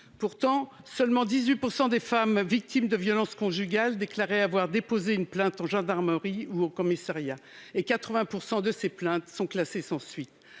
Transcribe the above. Pourtant, seulement 18 % des femmes victimes de violences conjugales déclaraient avoir déposé une plainte en gendarmerie ou au commissariat, et 80 % de ces plaintes sont classées sans suite.